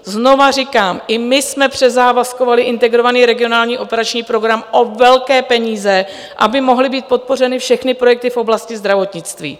Znovu říkám, i my jsme přezávazkovali Integrovaný regionální operační program o velké peníze, aby mohly být podpořeny všechny projekty v oblasti zdravotnictví.